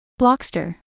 Blockster